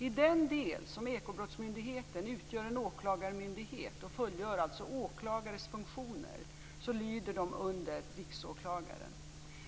I den del som Ekobrottsmyndigheten utgör en åklagarmyndighet och alltså fullgör åklagares funktioner lyder den under Riksåklagaren.